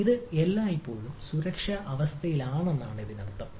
ഇത് എല്ലായ്പ്പോഴും സുരക്ഷാ അവസ്ഥയിലാണെന്നാണ് ഇതിനർത്ഥം